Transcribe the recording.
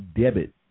debit